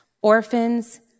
orphans